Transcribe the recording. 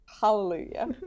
Hallelujah